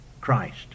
Christ